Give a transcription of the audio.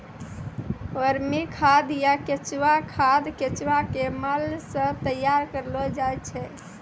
वर्मी खाद या केंचुआ खाद केंचुआ के मल सॅ तैयार करलो जाय छै